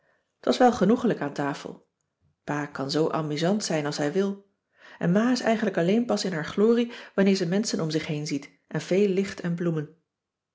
t was wel genoegelijk aan tafel pa kan zoo amusant zijn als hij wil en ma is eigenlijk alleen pas in haar glorie wanneer ze menschen om zich heen ziet en veel licht en bloemen